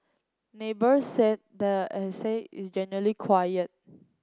neighbours said the estate is generally quiet